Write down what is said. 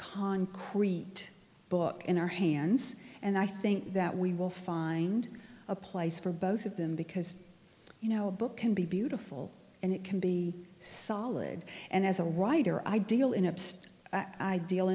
concrete book in our hands and i think that we will find a place for both of them because you know a book can be beautiful and it can be solid and as a writer i deal in obsessed i deal